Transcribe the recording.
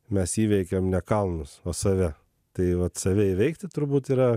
mes įveikiam ne kalnus o save tai vat save įveikti turbūt yra